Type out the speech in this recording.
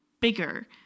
bigger